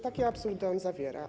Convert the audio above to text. Takie absurdy on zawiera.